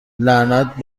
لعنت